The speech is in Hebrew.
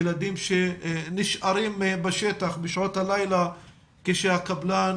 ילדים שנשארים בשטח בשעות הלילה כשהקבלן